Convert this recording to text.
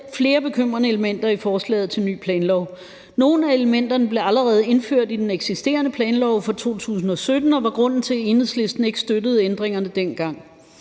flere bekymrende elementer i forslaget til en ny planlov. Nogle af elementerne blev allerede indført i den eksisterende planlov fra 2017, og det var grunden til, at Enhedslisten ikke støttede ændringerne dengang.